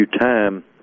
time